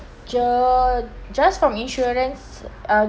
ju~ just from insurance uh